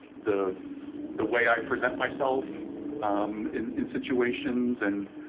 the the way i present myself in in situations and